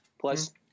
plus